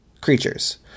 creatures